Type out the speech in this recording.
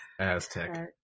Aztec